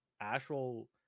actual